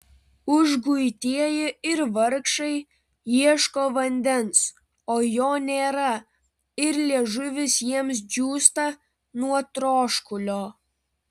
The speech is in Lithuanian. užguitieji ir vargšai ieško vandens o jo nėra ir liežuvis jiems džiūsta nuo troškulio